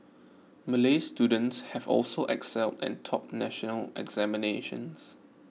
Malay students have also excelled and topped national examinations